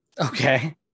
Okay